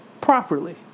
Properly